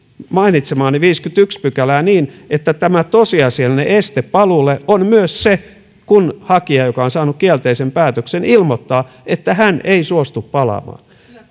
mainitsemaani viidettäkymmenettäensimmäistä pykälää niin että tämä tosiasiallinen este paluulle on myös se kun hakija joka on saanut kielteisen päätöksen ilmoittaa että hän ei suostu palaamaan